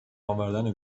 آوردن